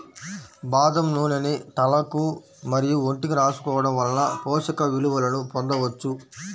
బాదం నూనెను తలకు మరియు ఒంటికి రాసుకోవడం వలన పోషక విలువలను పొందవచ్చు